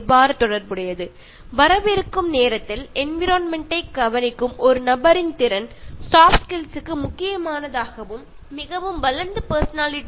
ഇനി വരാൻ പോകുന്ന കാലത്ത് ഒരാളുടെ പ്രകൃതി സംരക്ഷണത്തിനുള്ള കഴിവ് അയാളുടെ വളരെ പ്രധാനപ്പെട്ട ഒരു സോഫ്റ്റ് സ്കിൽ ആയി മാറുന്നതോടൊപ്പം അത് ഒരാളുടെ വികസിതമായ വ്യക്തിത്വത്തെയും കാണിക്കുന്നു